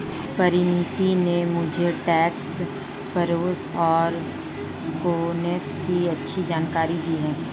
परिनीति ने मुझे tax pros और कोन्स की अच्छी जानकारी दी है